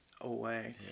away